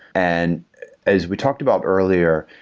and as we talked about earlier,